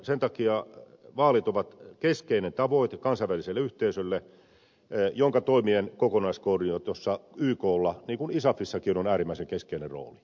sen takia vaalit ovat keskeinen tavoite kansainväliselle yhteisölle jonka toimien kokonaiskoordinoinnissa yklla niin kuin isafillakin on äärimmäinen keskeinen rooli